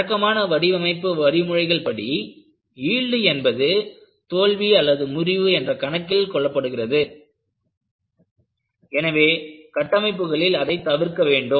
வழக்கமான வடிவமைப்பு வழிமுறைகள் படி யீல்டு என்பது தோல்வி முறிவு என்ற கணக்கில் கொள்ளப்படுகிறது எனவே கட்டமைப்புகளில் அதை தவிர்க்க வேண்டும்